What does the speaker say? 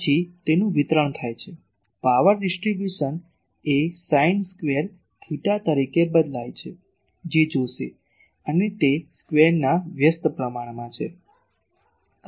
પછી તેનું વિતરણ થાય છે પાવર ડિસ્ટ્રિબ્યુશન એ સાઈન સ્ક્વેર થેટા તરીકે બદલાય છે જે જોશે અને તે r સ્ક્વેરના વ્યસ્ત પ્રમાણમાં છે